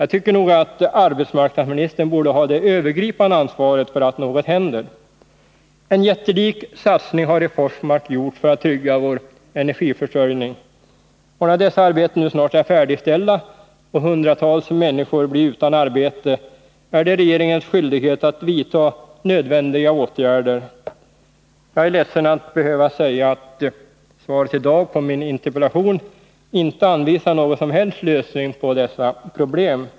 Jag tycker nog att arbetsmarknadsministern borde ha det övergripande ansvaret för att något händer. En jättelik satsning har gjorts i Forsmark för att trygga vår energiförsörjning. När arbetena där nu snart är färdigställda och hundratals människor blir utan arbete, är det regeringens skyldighet att vidta nödvändiga åtgärder. Jag är ledsen att behöva säga att svaret på min interpellation inte anvisar någon som helst lösning på dessa problem.